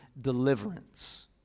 deliverance